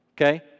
Okay